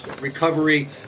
recovery